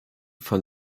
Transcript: von